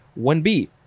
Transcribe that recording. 1B